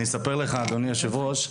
אדוני היושב ראש,